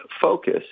focus